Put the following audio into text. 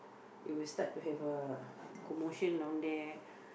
it will start to have a commotion down there